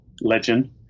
legend